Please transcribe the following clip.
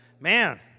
man